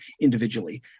individually